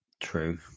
true